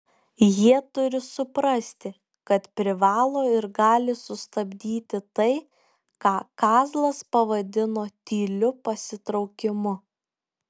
jie turi suprasti kad privalo ir gali sustabdyti tai ką kazlas pavadino tyliu pasitraukimu